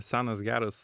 senas geras